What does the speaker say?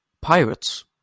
pirates